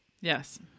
Yes